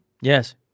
Yes